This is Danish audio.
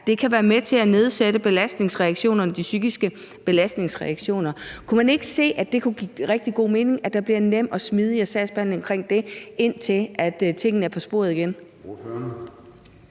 det kan være med til at nedsætte de psykiske belastningsreaktioner. Kan man ikke se, at det kunne give rigtig god mening, at der bliver en nemmere og smidigere sagsbehandling omkring det, indtil tingene er på sporet igen?